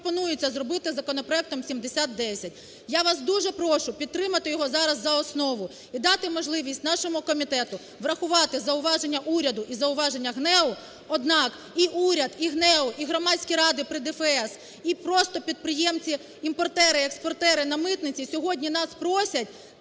Я вас дуже прошу підтримати його зараз за основу і дати можливість нашому комітету врахувати зауваження уряду і зауваження ГНЕУ. Однак і уряд, і ГНЕУ, і громадські ради при ДФС, і просто підприємці, імпортери, експортери на митниці сьогодні нас просять